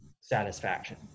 satisfaction